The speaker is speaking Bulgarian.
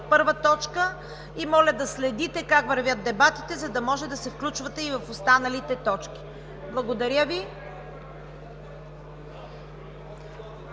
първа точка. Моля да следите как вървят дебатите, за да може да се включвате и в останалите точки. Благодаря Ви.